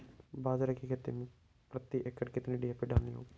बाजरे की खेती में प्रति एकड़ कितनी डी.ए.पी डालनी होगी?